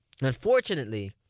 Unfortunately